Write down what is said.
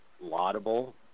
laudable